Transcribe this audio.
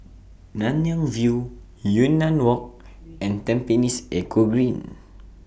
Nanyang View Yunnan Walk and Tampines Eco Green